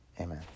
Amen